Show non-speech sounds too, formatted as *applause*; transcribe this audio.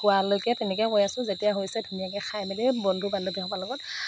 হোৱালৈকে তেনেকৈ *unintelligible* আছোঁ যেতিয়া হৈছে ধুনীয়াকৈ খাই মেলি বন্ধু বান্ধৱীসোপাৰ লগত